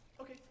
Okay